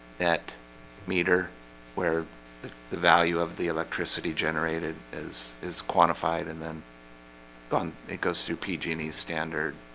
that meter where the the value of the electricity generated as is quantified and then gone, it goes through pg and e standard